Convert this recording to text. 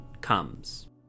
comes